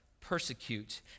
persecute